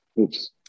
Oops